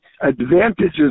advantages